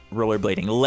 rollerblading